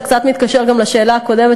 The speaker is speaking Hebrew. זה קצת מתקשר גם לשאלה הקודמת,